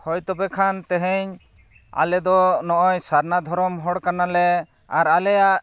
ᱦᱳᱭ ᱛᱚᱵᱮ ᱠᱷᱟᱱ ᱛᱮᱦᱮᱧ ᱟᱞᱮ ᱫᱚ ᱱᱚᱜᱼᱚᱭ ᱥᱟᱨᱱᱟ ᱫᱷᱚᱨᱚᱢ ᱦᱚᱲ ᱠᱟᱱᱟᱞᱮ ᱟᱨ ᱟᱞᱮᱭᱟᱜ